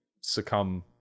succumb